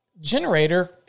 generator